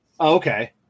Okay